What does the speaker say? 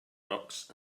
rocks